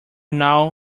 now